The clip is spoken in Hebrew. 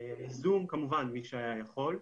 זום כמובן מי שהיה יכול,